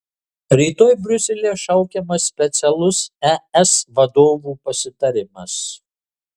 rytoj briuselyje šaukiamas specialus es vadovų pasitarimas